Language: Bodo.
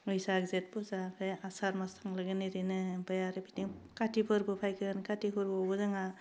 बैसाग जेथ फुजा जायआ आसार मास थांलायगोन ओरैनो ओमफाय आरो बिदिनो काति फोरबो फैगोन किति फोरबोआवबो जोङा